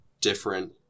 different